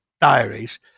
diaries